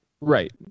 right